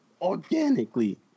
organically